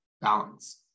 balance